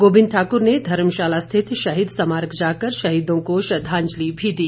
गोविंद ठाकुर ने धर्मशाला स्थित शहीद स्मारक जाकर शहीदों को श्रद्धांजलि भी दी